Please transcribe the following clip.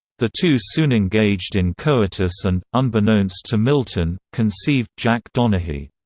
the two soon engaged in coitus and, unbeknownst to milton, conceived jack donaghy.